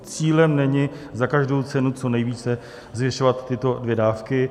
Cílem není za každou cenu co nejvíce zvyšovat tyto dvě dávky.